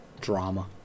drama